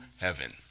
heaven